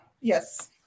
Yes